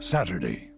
Saturday